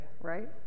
right